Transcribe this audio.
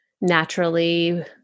naturally